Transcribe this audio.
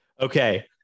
okay